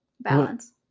Balance